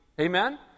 Amen